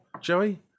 Joey